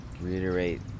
reiterate